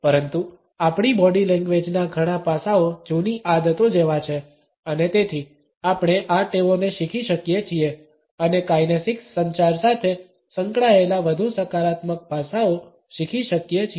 પરંતુ આપણી બોડી લેંગ્વેજના ઘણા પાસાઓ જૂની આદતો જેવા છે અને તેથી આપણે આ ટેવોને શીખી શકીએ છીએ અને કાઇનેસિક્સ સંચાર સાથે સંકળાયેલા વધુ સકારાત્મક પાસાઓ શીખી શકીએ છીએ